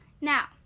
now